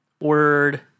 Word